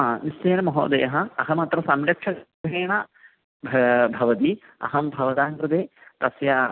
हा निश्चयेन महोदयः अहमत्र संरक्षकरूपेण भ भवामि अहं भवतां कृते तस्य